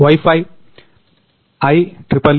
Wi Fi IEEE 802